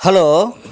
hello